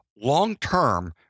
Long-term